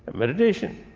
and meditation,